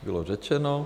Bylo řečeno.